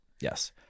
yes